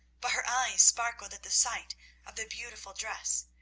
but her eyes sparkled at the sight of the beautiful dress,